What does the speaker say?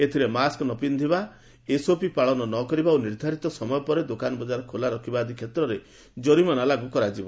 ଏଥିରେ ମାସ୍କ ନ ପିନ୍ଧିବା ଏସ୍ଓପି ପାଳନ ନ କରିବା ଓ ନିର୍ଦ୍ଧାରିତ ସମୟ ପରେ ଦୋକାନ ବକ୍କାର ଖୋଲା ରଖିବା ଆଦି କ୍ଷେତ୍ରରେ ଜରିମାନା ଲାଗୁ କରାଯିବ